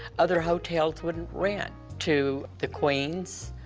other hotels wouldn't rent to the queens.